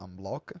unblock